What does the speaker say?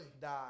Die